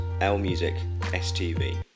LMusicSTV